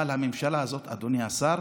אבל הממשלה הזאת, אדוני השר,